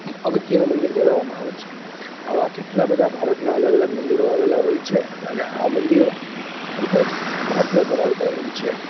અગત્યનું મંદિર ગણવામાં આવે છે આવા કેટલાં બધાં ભારતમાં અલગ અલગ મંદિરો આવેલાં હોય છે અને આ મંદિરો ખૂબ જ મહત્વ ધરાવતાં હોય છે